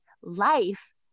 life